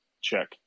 Check